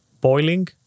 boiling